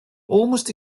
almost